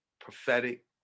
prophetic